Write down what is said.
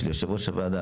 יושב-ראש הוועדה,